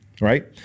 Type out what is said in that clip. right